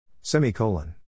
Semicolon